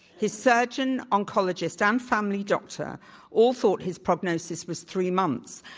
his surgeon, oncologist, and family doctor all thought his prognosis was three months.